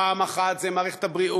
פעם אחת זו מערכת הבריאות,